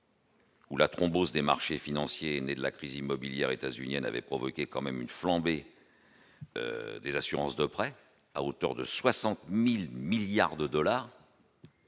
Ou la thrombose des marchés financiers nés de la crise immobilière états-unienne avait provoqué quand même une flambée. Des assurances de prêts à hauteur de 60000 milliards de dollars.